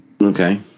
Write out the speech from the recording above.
Okay